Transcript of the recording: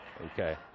Okay